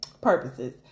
purposes